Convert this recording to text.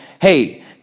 hey